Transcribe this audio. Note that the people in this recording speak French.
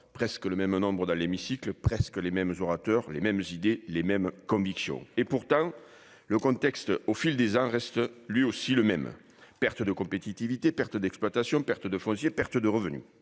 presque le même nombre de sénateurs dans l'hémicycle, nous entendons les mêmes orateurs exprimer les mêmes idées, les mêmes convictions. Pourtant, le contexte au fil des ans reste, lui aussi, le même : perte de compétitivité, perte d'exploitations, perte de foncier, perte de revenu.